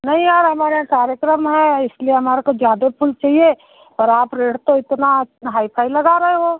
नहीं यार हमारे यहाँ कार्यक्रम है इसलिए हमारे को ज़्यादा फूल चाहिए और आप रेट तो इतना हाई फाई लगा रहे हो